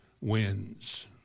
wins